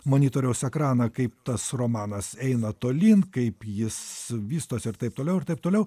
monitoriaus ekraną kaip tas romanas eina tolyn kaip jis vystosi ir taip toliau ir taip toliau